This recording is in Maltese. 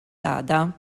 għada